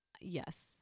Yes